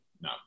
No